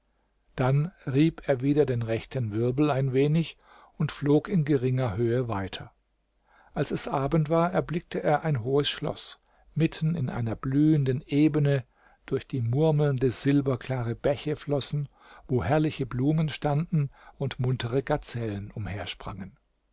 dann rieb er wieder den rechten wirbel ein wenig und flog in geringer höhe weiter als es abend war erblickte er ein hohes schloß mitten in einer blühenden ebene durch die murmelnde silberklare bäche flossen wo herrliche blumen standen und muntere gazellen umhersprangen